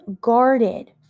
guarded